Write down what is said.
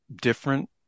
different